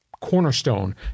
cornerstone